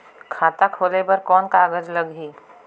खाता खोले बर कौन का कागज लगही?